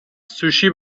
سوشی